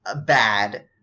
bad